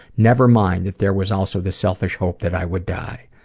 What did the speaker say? never mind that there was also the selfish hope that i would die.